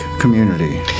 community